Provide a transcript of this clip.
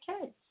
kids